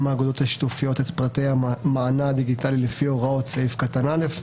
האגודות השיתופיות את פרטי מענה הדיגיטלי לפי הוראות סעיף קטן (א),